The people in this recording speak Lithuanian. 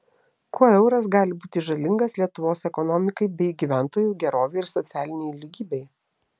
kuo euras gali būti žalingas lietuvos ekonomikai bei gyventojų gerovei ir socialinei lygybei